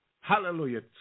Hallelujah